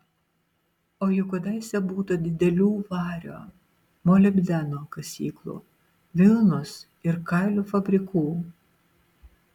o juk kadaise būta didelių vario molibdeno kasyklų vilnos ir kailių fabrikų